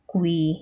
kuih